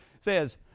says